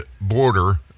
border